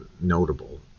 notable